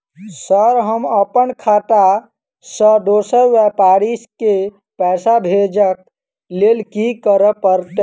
Sir हम अप्पन खाता सऽ दोसर व्यापारी केँ पैसा भेजक लेल की करऽ पड़तै?